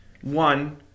one